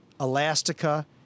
Elastica